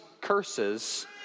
curses